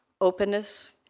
openness